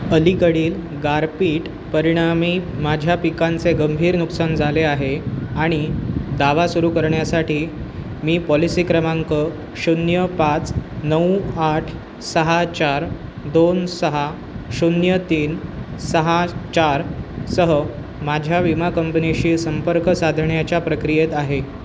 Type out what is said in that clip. अलीकडील गारपीट परिणामी माझ्या पिकांचे गंभीर नुकसान झाले आहे आणि दावा सुरू करण्यासाठी मी पॉलिसी क्रमांक शून्य पाच नऊ आठ सहा चार दोन सहा शून्य तीन सहा चार सह माझ्या विमा कंपनीशी संपर्क साधण्याच्या प्रक्रियेत आहे